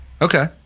Okay